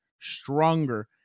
stronger